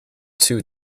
two